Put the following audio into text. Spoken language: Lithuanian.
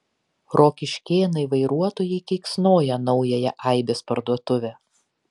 rokiškėnai vairuotojai keiksnoja naująją aibės parduotuvę